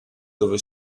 dove